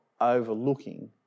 overlooking